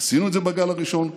עשינו את זה בגל הראשון,